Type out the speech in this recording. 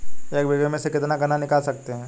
एक बीघे में से कितना गन्ना निकाल सकते हैं?